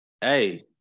hey